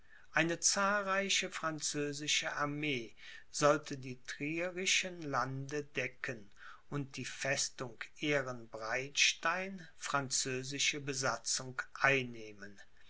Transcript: eine zahlreiche französische armee sollte die trierischen lande decken und die festung ehrenbreitstein französische besatzung einnehmen